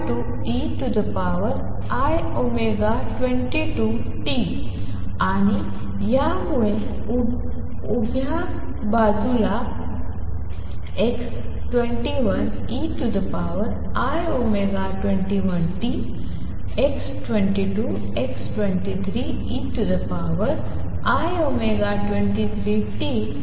x11 x12 ei12t आणि त्यामुळे उभ्या बाजूला x21 ei21t x22 x23 ei23t वगैरे